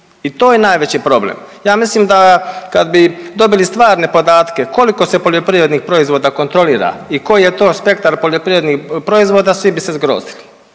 i to je najveći problem. Ja mislim da kad bi dobili stvarne podatke koliko se poljoprivrednih proizvoda kontrolira i koji je to spektar poljoprivrednih proizvoda svi bi se zgrozili,